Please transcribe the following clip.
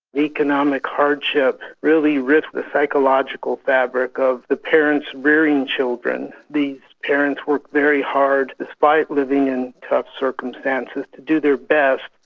economic hardship really rips the psychological fabric of the parents rearing children. these parents work very hard, despite living in tough circumstances, to do their best.